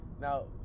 Now